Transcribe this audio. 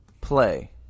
play